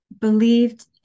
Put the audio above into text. believed